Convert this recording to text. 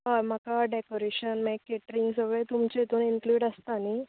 होय म्हाका डेकोरेशन मागीर केट्रिंग सगळें तुमचे हितून इन्क्लूड आसता न्ही